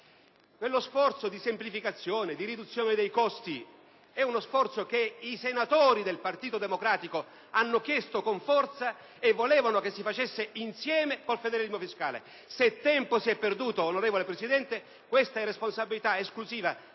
Quello sforzo di semplificazione e di riduzione dei costi è uno sforzo che i senatori del Partito Democratico hanno chiesto con vigore e volevano che si realizzasse congiuntamente al federalismo fiscale. Se si è perduto tempo, signora Presidente, questo è responsabilità esclusiva